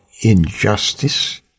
injustice